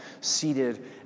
seated